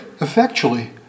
effectually